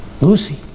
Lucy